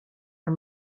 are